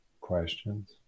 questions